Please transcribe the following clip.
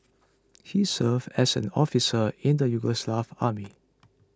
he served as an officer in the Yugoslav army